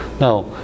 Now